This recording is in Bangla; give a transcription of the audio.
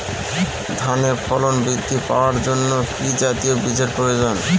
ধানে ফলন বৃদ্ধি পাওয়ার জন্য কি জাতীয় বীজের প্রয়োজন?